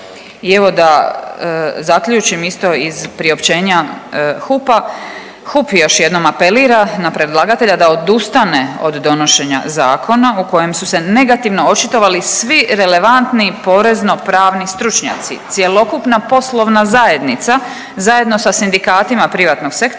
I evo da zaključim isto iz priopćenja HUP-a. HUP još jednom apelira na predlagatelja da odustane od donošenja Zakona o kojem su se negativno očitovali svi relevantni porezno-pravni stručnjaci, cjelokupna poslovna zajednica zajedno sa sindikatima privatnog sektora